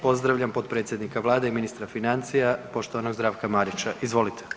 Pozdravljam potpredsjednika Vlade i ministra financija poštovanog Zdravka Marića, izvolite.